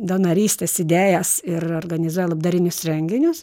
donorystės idėjas ir organizuoja labdarinius renginius